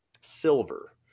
silver